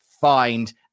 find